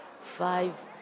five